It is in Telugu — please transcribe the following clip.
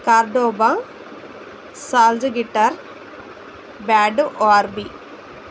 కార్డోబా సాల్జ్గిటార్ బ్యాడో ఒఆర్బీ